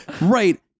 Right